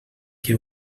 que